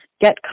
get